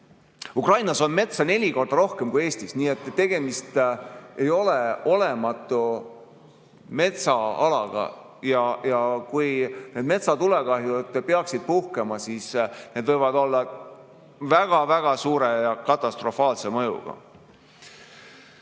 Ukrainas on metsa neli korda rohkem kui Eestis, nii et tegemist ei ole olematu metsaalaga ja kui metsatulekahjud peaksid puhkema, siis need võivad olla väga suure ja katastrofaalse mõjuga.